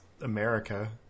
America